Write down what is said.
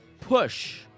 push